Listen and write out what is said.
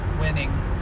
winning